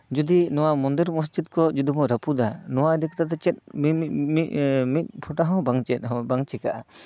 ᱡᱚᱫᱤ ᱱᱚᱣᱟ ᱢᱚᱱᱫᱤᱨ ᱢᱚᱥᱡᱤᱫ ᱠᱚ ᱡᱩᱫᱤ ᱵᱚᱱ ᱨᱟᱯᱩᱫᱟ ᱱᱚᱣᱟ ᱤᱫᱤ ᱠᱟᱛᱮᱜ ᱫᱚ ᱪᱮᱫ ᱢᱤᱢᱤᱫ ᱢᱤᱫ ᱯᱷᱳᱸᱴᱟ ᱦᱚᱸ ᱵᱟᱝ ᱪᱮᱫ ᱦᱚᱸ ᱵᱟᱝ ᱪᱤᱠᱟᱜᱼᱟ